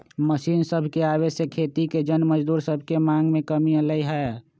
machine सभके आबे से खेती के जन मजदूर सभके मांग में कमी अलै ह